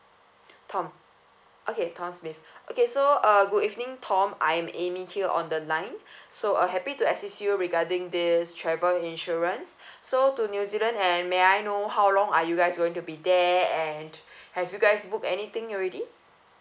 tome okay tome smith okay so uh good evening tom I'm amy here on the line so uh happy to assist you regarding this travel insurance so to new zealand and may I know how long are you guys going to be there and have you guys booked anything already